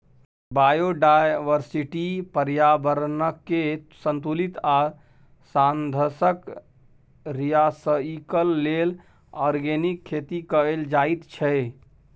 biodiversity, प्रर्याबरणकेँ संतुलित आ साधंशक रिसाइकल लेल आर्गेनिक खेती कएल जाइत छै